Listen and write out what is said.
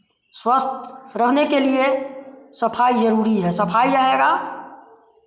स्वस्थ रहने के लिए सफ़ाई ज़रूरी है सफ़ाई रहेगा